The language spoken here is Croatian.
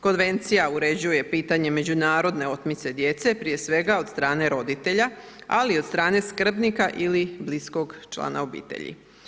Konvencija uređuje pitanje međunarodne otmice djece, prije svega od strane roditelja, ali i od strane skrbnika ili bliskog člana obitelji.